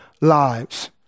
lives